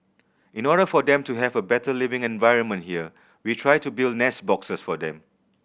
in order for them to have a better living environment here we try to build nest boxes for them